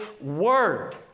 word